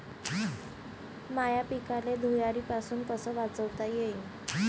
माह्या पिकाले धुयारीपासुन कस वाचवता येईन?